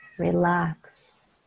Relax